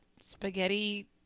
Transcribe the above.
spaghetti